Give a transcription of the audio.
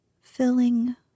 Filling